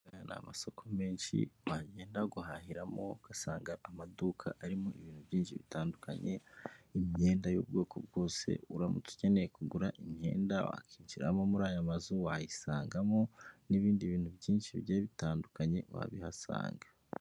Ni amasoko menshi wagenda guhahiramo ugasanga amaduka arimo ibintu byinshi bitandukanye imyenda y'ubwoko bwose, uramutse ukeneye kugura imyenda wakinjiramo muri aya mazu wayisangamo n'ibindi bintu byinshi bigiye bitandukanye wabihasanga.